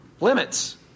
limits